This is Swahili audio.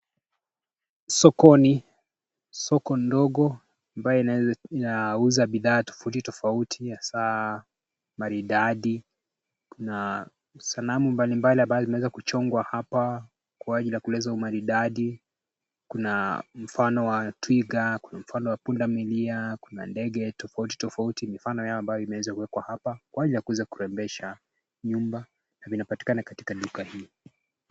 Sokoni. Soko ndogo ambaye inauza bidhaa tofauti tofauti hasa maridadi, kuna sanamu mbalimbali ambaye zimeweza kuchongwa hapa kwa ajili ya kuleta umaridadi. Kuna mfano wa twiga, kuna mfano wa pundamilia, kuna ndege tofauti tofauti mifano yao ambayo imeweza kuwekwa kwa ajili ya kuweza kurembesha nyumba na vinapatikana katika duka hii.